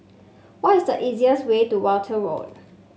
what is the easiest way to Walton Road